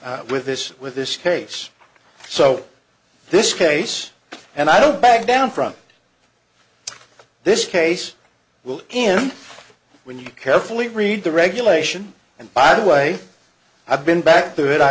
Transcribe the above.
with this with this case so this case and i don't back down from this case will him when you carefully read the regulation and by the way i've been back through it i